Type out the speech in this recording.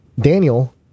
Daniel